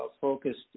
focused